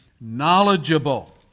knowledgeable